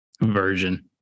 version